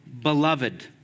beloved